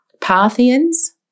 Parthians